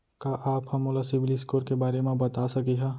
का आप हा मोला सिविल स्कोर के बारे मा बता सकिहा?